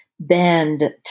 bend